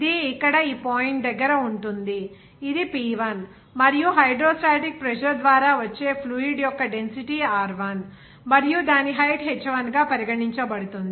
ఇది ఇక్కడ ఈ పాయింట్ దగ్గర ఉంటుంది ఇది P1 మరియు హైడ్రోస్టాటిక్ ప్రెజర్ ద్వారా వచ్చే ఫ్లూయిడ్ యొక్క డెన్సిటీ r1 మరియు దాని హైట్ h1 గా పరిగణించబడుతుంది